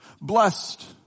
Blessed